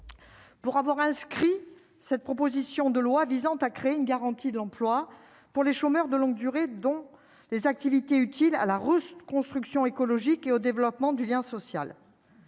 pour avoir inscrit cette proposition de loi visant à créer une garantie d'emploi pour les chômeurs de longue durée, dont les activités utiles à la Russe construction écologique et au développement du lien social.